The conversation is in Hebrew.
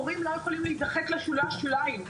מורים לא יכולים להידחק לשולי השוליים,